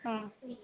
ఆ